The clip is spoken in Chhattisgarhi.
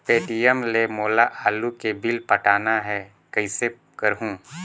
पे.टी.एम ले मोला आलू के बिल पटाना हे, कइसे करहुँ?